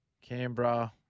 Canberra